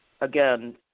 again